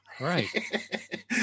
Right